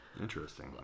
interesting